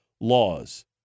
laws